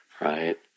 right